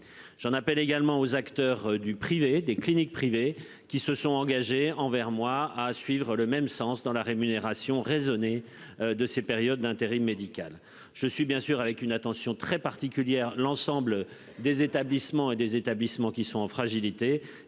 J'en appelle également aux acteurs du privé des cliniques privées qui se sont engagés envers moi à suivre le même sens dans la rémunération. De ces périodes d'intérim médical. Je suis bien sûr avec une attention très particulière, l'ensemble des établissements et des établissements qui sont en fragilité